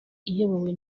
iyobowe